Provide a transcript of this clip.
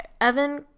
Evan